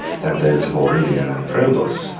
than those of aurelian and probus,